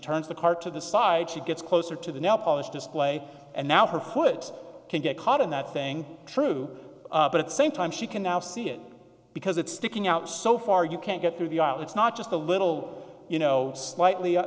turns the car to the side she gets closer to the now polished display and now her foot can get caught in that thing true but at same time she can now see it because it's sticking out so far you can't get through the aisle it's not just a little you know slightly